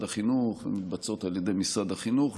החינוך ומתבצעות על ידי משרד החינוך,